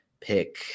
pick